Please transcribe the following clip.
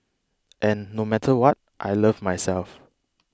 and no matter what I love myself